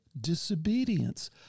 disobedience